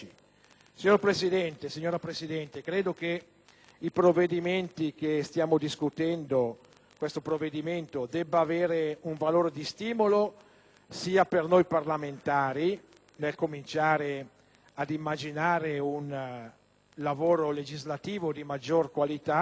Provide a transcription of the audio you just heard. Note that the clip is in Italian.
Signora Presidente, credo che il provvedimento che stiamo discutendo debba avere un valore di stimolo sia per noi parlamentari, nel cominciare ad immaginare un lavoro legislativo di maggior qualità,